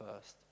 first